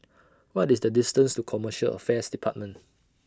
What IS The distance to Commercial Affairs department